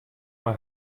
mei